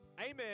Amen